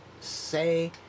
say